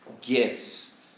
gifts